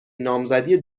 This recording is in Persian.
نامزدی